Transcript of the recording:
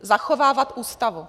Zachovávat Ústavu.